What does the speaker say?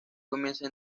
comienza